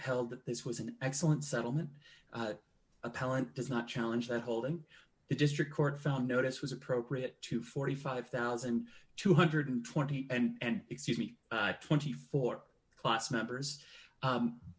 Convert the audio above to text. held that this was an excellent settlement appellant does not challenge that holding the district court found notice was appropriate to forty five thousand two hundred and twenty and excuse me twenty four class members